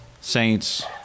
Saints